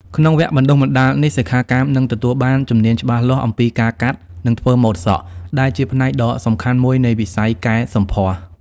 ក្នុងវគ្គបណ្តុះបណ្តាលនេះ សិក្ខាកាមនឹងទទួលបានជំនាញច្បាស់លាស់អំពីការកាត់ និងធ្វើម៉ូដសក់ ដែលជាផ្នែកដ៏សំខាន់មួយនៃវិស័យកែសម្ផស្ស។